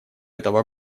этого